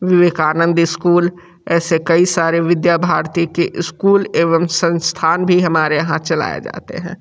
Vivekananda school ऐसे कई सारे विद्या भारती के स्कूल एवम संस्थान भी हमारे यहाँ चलाए जाते हैं